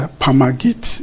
pamagit